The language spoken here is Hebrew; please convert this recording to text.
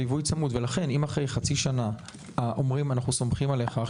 ולכן אם אחרי חצי שנה אומרים: אנחנו סומכים עליך,